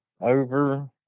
over